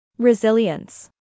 resilience